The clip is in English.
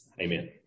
Amen